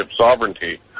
sovereignty